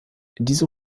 diese